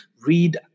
read